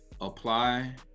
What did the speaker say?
apply